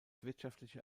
wirtschaftliche